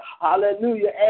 Hallelujah